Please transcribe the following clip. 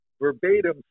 verbatim